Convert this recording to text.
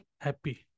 happy